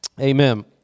amen